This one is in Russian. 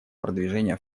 продвижения